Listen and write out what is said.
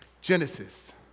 Genesis